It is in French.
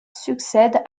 succède